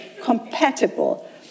compatible